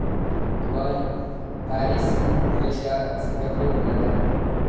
Dubai Paris Malaysia Singapore London